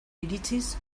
iritziz